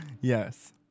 Yes